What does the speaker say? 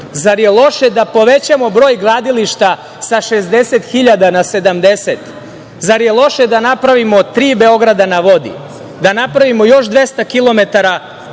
Zar je loše da povećamo broj gradilišta sa 60 hiljada na 70. Zar je loše da napravimo tri „Beograda na vodi“, da napravimo još 200